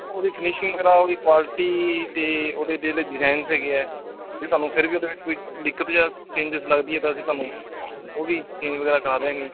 ਉਹਦੀ ਫਿਨਿਸ਼ਿੰਗ ਵਗੈਰਾ ਉਹਦੀ ਕੁਆਲਿਟੀ ਅਤੇ ਉਹਦੇ ਜਿਹੜੇ ਡਿਜ਼ਾਇਨਸ ਹੈਗੇ ਆ ਜੇ ਤੁਹਾਨੂੰ ਫਿਰ ਵੀ ਉਹਦੇ ਵਿੱਚ ਕੋਈ ਦਿੱਕਤ ਜਾਂ ਚੇਂਜਿਸ ਲੱਗਦੀ ਹੈ ਤਾਂ ਅਸੀਂ ਤੁਹਾਨੂੰ ਉਹ ਵੀ ਚੇਂਜ ਵਗੈਰਾ ਕਰਾ ਦਿਆਂਗੇ ਜੀ